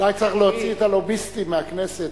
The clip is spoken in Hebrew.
אולי צריך להוציא את הלוביסטים מהכנסת,